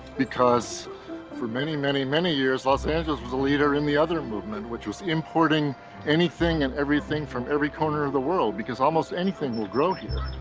because for many many many years los angeles was a leader in the other movement, which was importing anything and everything from every corner of the world because almost anything will grow here.